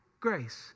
grace